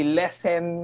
lessen